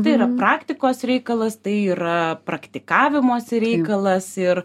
tai yra praktikos reikalas tai yra praktikavimosi reikalas ir